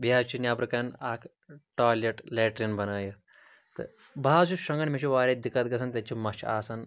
بیٚیہِ حظ چھُ نٮ۪برٕکَن اَکھ ٹایلیٹ لیٹریٖن بَنٲیِتھ تہٕ بہٕ حظ چھُس شۄنٛگَن مےٚ چھُ واریاہ دِقت گژھان تَتہِ چھِ مچھِ آسان